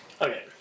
Okay